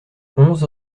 onze